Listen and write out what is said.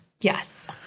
Yes